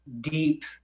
deep